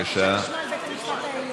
בוא, בבקשה, תשמע על בית-המשפט העליון.